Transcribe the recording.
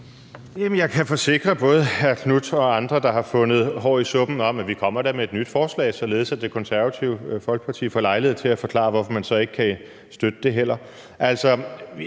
jeg kan forsikre både hr. Marcus Knuth og andre, der har fundet hår i suppen, om, at vi da kommer med et nyt forslag, således at Det Konservative Folkeparti får lejlighed til at forklare, hvorfor man så heller ikke kan støtte det.